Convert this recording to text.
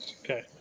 Okay